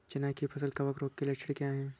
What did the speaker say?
चना की फसल कवक रोग के लक्षण क्या है?